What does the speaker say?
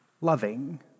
loving